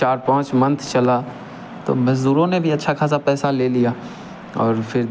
चार पाँच मंथ चला तो मज़दूरों ने भी अच्छा खासा पैसा ले लिया और फिर